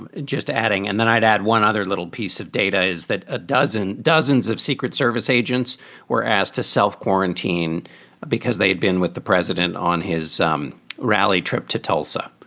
and just adding and then i'd add one other little piece of data is that a dozen, dozens of secret service agents were asked to self quarantine because they'd been with the president on his um ralli trip to tulsa